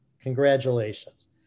Congratulations